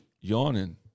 yawning